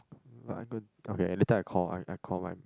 but I don't okay later I call I I call mine